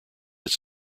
its